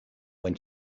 when